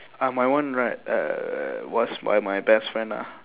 ah mine one right err was by my best friend ah